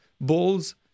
balls